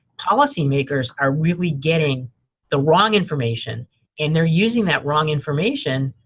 policy makers are really getting the wrong information and they're using that wrong information